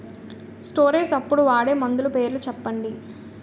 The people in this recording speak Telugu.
స్టోరేజ్ అప్పుడు వాడే మందులు పేర్లు చెప్పండీ?